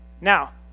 Now